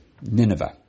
Nineveh